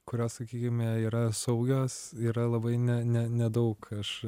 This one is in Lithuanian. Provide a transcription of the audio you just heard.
kurios sakykime yra saugios yra labai ne ne nedaug aš